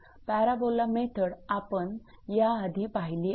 parabola method आपण याआधी पाहिली आहे